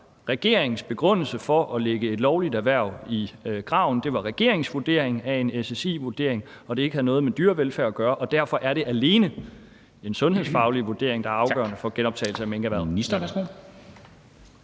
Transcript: regeringens begrundelse for at lægge et lovligt erhverv i graven, var regeringens vurdering af en SSI-vurdering, og at det ikke havde noget med dyrevelfærd at gøre, og at det derfor alene er den sundhedsfaglige vurdering, der er afgørende for genoptagelse af minkerhvervet.